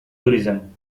tourism